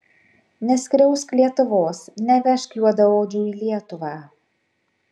neskriausk lietuvos nevežk juodaodžių į lietuvą